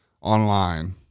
online